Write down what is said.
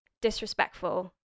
disrespectful